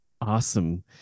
Awesome